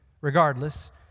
regardless